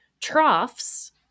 troughs